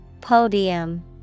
Podium